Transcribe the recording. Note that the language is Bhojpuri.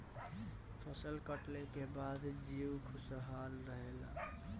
फसल कटले के बाद जीउ खुशहाल रहेला